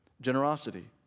generosity